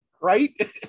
Right